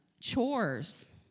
chores